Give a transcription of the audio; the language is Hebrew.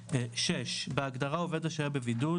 " (6)בהגדרה "עובד השוהה בבידוד"